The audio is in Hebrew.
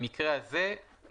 במקרה הזה,